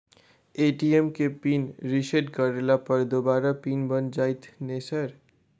ATM केँ pin reset करला पर दोबारा पिन बन जाइत नै सर?